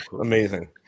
Amazing